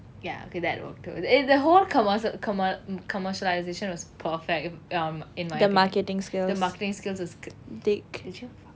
ya okay that worked too the the whole commers~ commercialisation was perfect if um in market he marketing skills is good